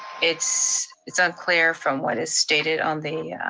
it's it's unclear from what is stated on the yeah